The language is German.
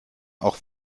auch